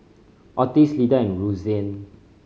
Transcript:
Ottis Lyda and Roseanne